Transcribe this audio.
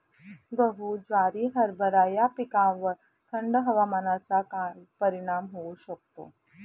गहू, ज्वारी, हरभरा या पिकांवर थंड हवामानाचा काय परिणाम होऊ शकतो?